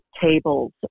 tables